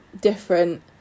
different